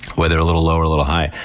whether a little low or a little high.